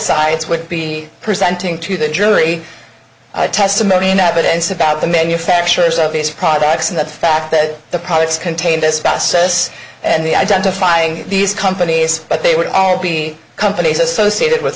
sides would be presenting to the jury testimony and evidence about the manufacturers of these products and the fact that the products contain this process and the identifying these companies but they would all be companies associated with